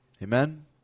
Amen